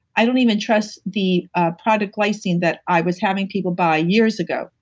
i don't even trust the ah product glycine that i was having people buy years ago.